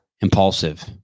Impulsive